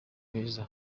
abeza